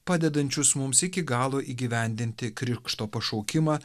padedančius mums iki galo įgyvendinti krikšto pašaukimą